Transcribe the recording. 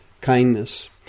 kindness